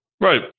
Right